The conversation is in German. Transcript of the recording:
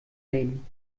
nehmen